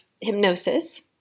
hypnosis